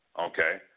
Okay